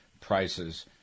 prices